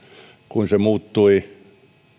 kuin se muuttui